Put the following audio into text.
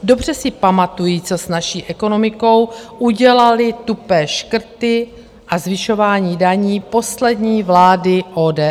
Dobře si pamatují, co s naší ekonomikou udělaly tupé škrty a zvyšování daní poslední vlády ODS.